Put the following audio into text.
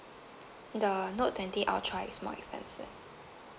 the note twenty ultra is more expensive